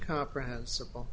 comprehensible